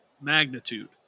Magnitude